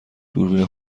دوربین